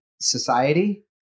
society